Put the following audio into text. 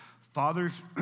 fathers